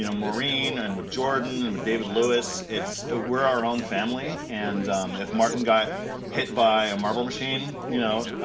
you know maureen and with jordan and but david lewis, it's. we're our own family and if martin got hit by a marble machine, you know,